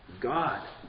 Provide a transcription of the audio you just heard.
God